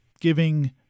giving